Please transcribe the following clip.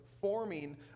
forming